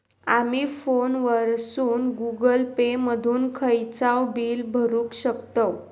आमी फोनवरसून Google Pay मधून खयचाव बिल भरुक शकतव